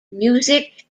music